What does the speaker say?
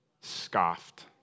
scoffed